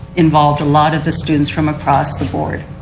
involved a lot of the students from across the board.